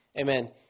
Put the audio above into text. Amen